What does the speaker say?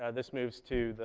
ah this moves to